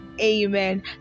Amen